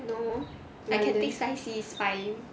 no a little bit spicy is fine